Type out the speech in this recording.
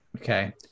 okay